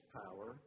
power